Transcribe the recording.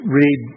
read